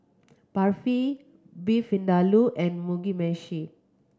Barfi Beef Vindaloo and Mugi Meshi